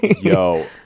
yo